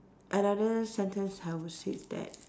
another sentence I will say that